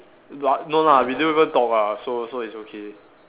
w~ no lah we didn't even talk lah so so it's okay